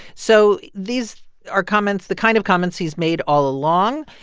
so these are comments the kind of comments he's made all along.